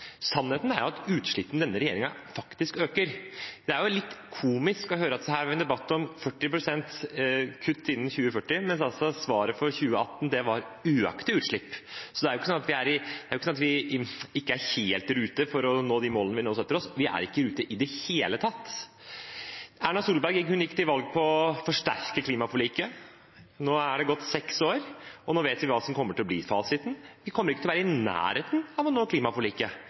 Sannheten er at utslippene under denne regjeringen øker. Det er litt komisk å høre det i en debatt om 40 pst. kutt innen 2040 når svaret for 2018 var økte utslipp. Det er ikke slik at vi ikke er helt i rute for å nå målene vi setter oss. Vi er ikke i rute i det hele tatt. Erna Solberg gikk til valg på å forsterke klimaforliket. Nå har det gått seks år, og vi vet hva som kommer til å bli fasiten. Vi kommer ikke til å være i nærheten av å nå klimaforliket,